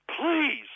Please